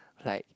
like